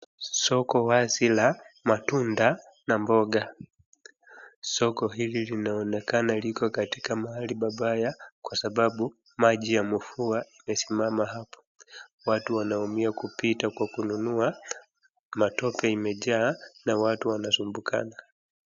Soko wazi la matunda na mboga. Soko hili linaonekana liko katika mahali pabaya kwa sababu maji ya mvua imesimama hapo. Watu wanaumia kupita kwa kununua. Matope imejaa na watu wanasumbukana.